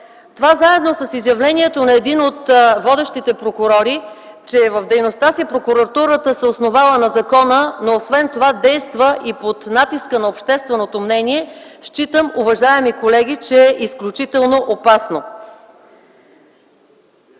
Заедно с изявлението на един от водещите прокурори, че в дейността си прокуратурата се основава на закона, но освен това действа и под натиска на общественото мнение, считам, уважаеми колеги, че това е изключително опасно.